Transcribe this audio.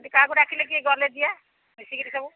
କାହାକୁ ଡାକିଲେ କିଏ ଗଲେ ଯିବା ମିଶିକରି ସବୁ